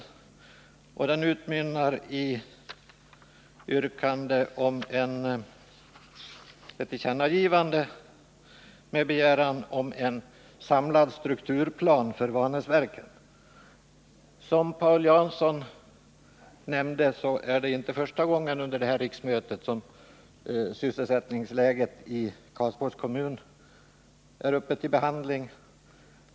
Reservationen utmynnar i ett yrkande om ett tillkännagivande med begäran om en samlad strukturplan för Vanäsverken. Som Paul Jansson sade är det inte första gången under det här riksmötet som sysselsättningen i Karlsborgs kommun är uppe till behandling.